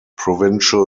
provincial